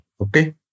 Okay